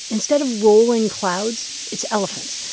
instead of rolling clouds, it's elephants.